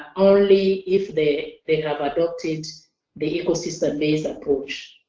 only if they they have adopted the ecosystem-based approach.